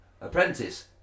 apprentice